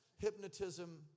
Hypnotism